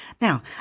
Now